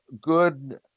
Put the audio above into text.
good